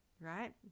right